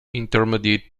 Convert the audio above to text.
intermediate